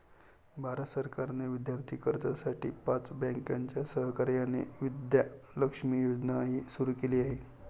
भारत सरकारने विद्यार्थी कर्जासाठी पाच बँकांच्या सहकार्याने विद्या लक्ष्मी योजनाही सुरू केली आहे